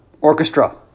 orchestra